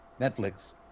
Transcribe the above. Netflix